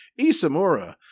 Isamura